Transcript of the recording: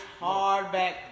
Hardback